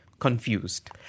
confused